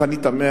אך אני תמה,